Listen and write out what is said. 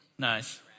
Nice